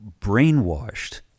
brainwashed